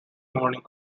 morning